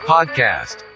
Podcast